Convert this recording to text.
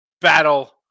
battle